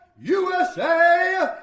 USA